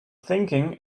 thinking